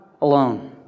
alone